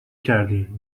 کردین